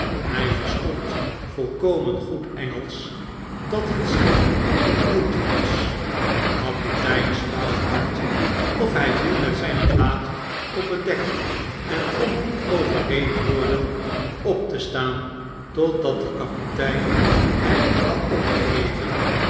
dat het schip de beauty was kapitein stouthart rf hg viel met zgn gelaat op het dek en kon niet overreed worden op te staan totdat de kapitein hem had opgeheven